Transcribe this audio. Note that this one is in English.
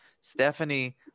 Stephanie